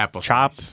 chop